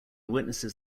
witnesses